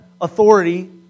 authority